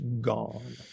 gone